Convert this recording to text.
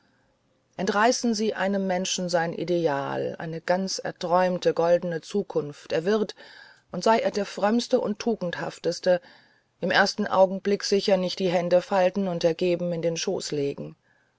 entreißen sie einem menschen sein ideal eine ganze erträumte goldene zukunft er wird und sei er der frömmste und tugendhafteste im ersten augenblick sicher nicht die hände falten und ergeben in den schoß legen